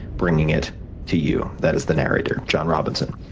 bringing it to you. that is the narrator, john robinson.